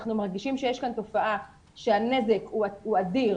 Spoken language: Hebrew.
אנחנו מרגישים שיש כאן תופעה שהנזק הוא אדיר,